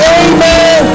amen